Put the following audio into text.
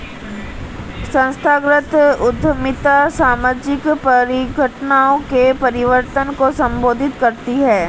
संस्थागत उद्यमिता सामाजिक परिघटनाओं के परिवर्तन को संबोधित करती है